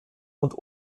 und